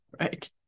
right